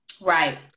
Right